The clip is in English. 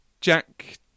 Jack